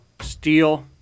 steel